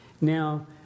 Now